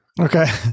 Okay